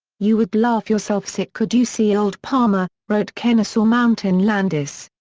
you would laugh yourself sick could you see old palmer, wrote kenesaw mountain landis.